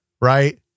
right